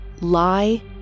lie